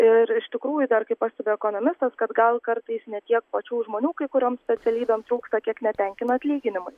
ir iš tikrųjų dar kaip pastebi ekonomistas kad gal kartais ne tiek pačių žmonių kai kurioms specialybėm trūksta kiek netenkina atlyginimai